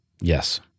yes